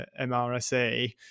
MRSA